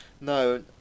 No